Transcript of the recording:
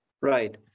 Right